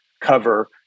cover